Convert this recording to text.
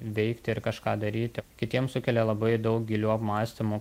veikti ir kažką daryti kitiems sukelia labai daug gilių apmąstymų